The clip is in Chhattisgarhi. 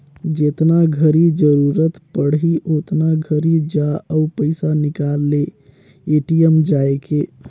जेतना घरी जरूरत पड़ही ओतना घरी जा अउ पइसा निकाल ले ए.टी.एम जायके